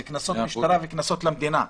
זה קנסות משטרה וקנסות למדינה.